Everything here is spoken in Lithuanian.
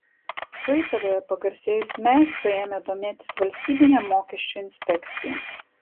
klaipėdoje pagarsėjusiu meistru ėmė domėtis valstybinė mokesčių inspekcija